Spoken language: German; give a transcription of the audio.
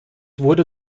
wurde